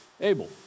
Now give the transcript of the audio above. Abel